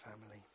family